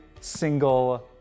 single